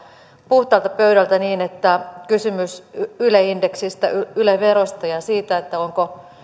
puhtaalta pöydältä niin että kysymykset yle indeksistä yle verosta ja siitä onko